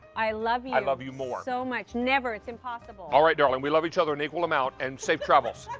i love you. i love you more. so never. it's impossible. all right. i mean we love each other an equal amount and safe travels.